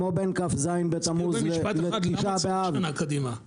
כמו בין כ"ז בתמוז לתשעה באב.